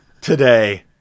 today